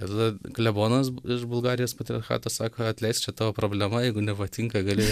ir tada klebonas iš bulgarijos patriarchato sako atleisk čia tavo problema jeigu nepatinka gali